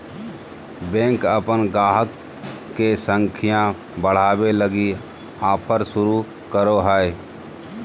bank अपन गाहक के संख्या बढ़ावे लगी ऑफर शुरू करो हय